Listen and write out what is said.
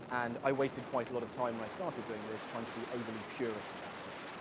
and i wasted quite a lot of time when i started doing this trying to be overly purist about it,